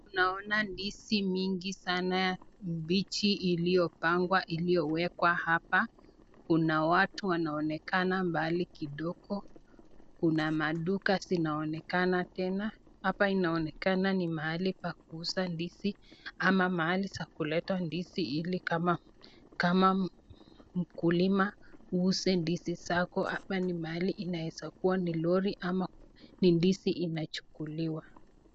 Tunaona ndizi mingi sana mbichi iliyopangwa iliyowekwa hapa. Kuna watu wanaonekana mbali kidogo. Kuna maduka zinaonekana tena. Hapa inaonekana ni mahali pa kuuza ndizi ama mahali za kuletwa ndizi ili kama mkulima uuze ndizi zako. Hapa ni mahali inaweza kuwa ni lori ama ni ndizi inachukuliwa.